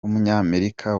w’umunyamerika